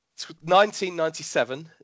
1997